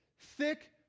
thick